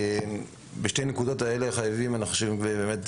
בשתי הנקודות האלה חייבים להתקדם.